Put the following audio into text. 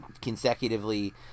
consecutively